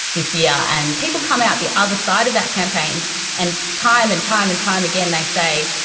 this year and people come out the other side of that campaign and time and time and time again, they say,